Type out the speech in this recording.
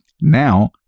Now